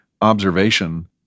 observation